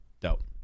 Dope